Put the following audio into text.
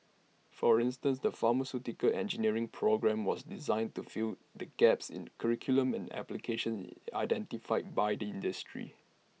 for instance the pharmaceutical engineering programme was designed to fill the gaps in curriculum and application identified by the industry